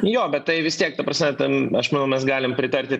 jo bet tai vis tiek ta prasme ten aš manau mes galim pritarti